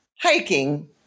hiking